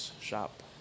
shop